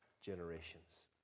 generations